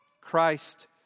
Christ